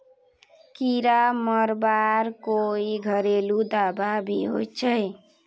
कीड़ा मरवार कोई घरेलू दाबा भी होचए?